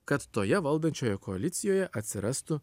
kad toje valdančioje koalicijoje atsirastų